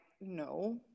no